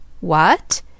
What